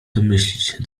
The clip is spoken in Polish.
domyślić